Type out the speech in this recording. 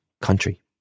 country